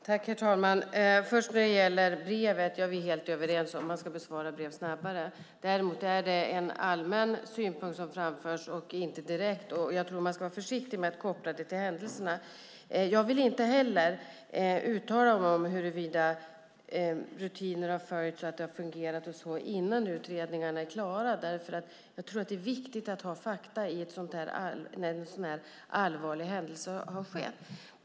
Herr talman! När det gäller brevet är vi helt överens om att man ska besvara brev snabbare. Däremot är det en allmän synpunkt som framförs i det och inte någon direkt fråga. Jag tror att man ska vara försiktig med att koppla detta till händelserna. Jag vill inte heller uttala mig om huruvida rutinerna har följts och om det har fungerat och så vidare innan utredningarna är klara eftersom jag tror att det är viktigt att ha fakta när en sådan allvarlig händelse har inträffat.